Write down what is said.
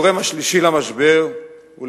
הגורם השלישי למשבר הוא,